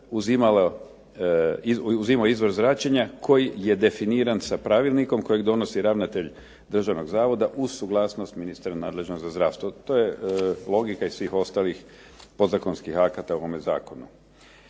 uzimao izvor zračenja koji je definiran sa pravilnikom kojeg donosi ravnatelj državnog zavoda uz suglasnost ministra nadležnog za zdravstvo. To je logika i svih ostalih podzakonskih akata u ovome zakonu.